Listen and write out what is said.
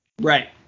Right